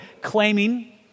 claiming